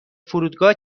فرودگاه